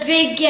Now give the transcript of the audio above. Big